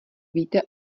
víte